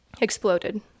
Exploded